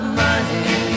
money